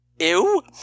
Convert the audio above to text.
Ew